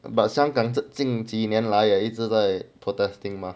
but 香港近几年来也一直在 protesting mah